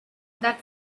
that